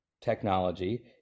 technology